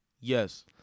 Yes